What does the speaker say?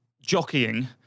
jockeying